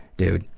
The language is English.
dude,